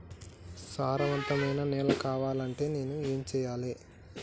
సారవంతమైన నేల కావాలంటే నేను ఏం చెయ్యాలే?